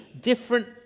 different